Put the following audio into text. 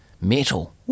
metal